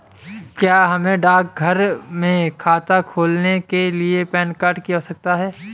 क्या हमें डाकघर में खाता खोलने के लिए पैन कार्ड की आवश्यकता है?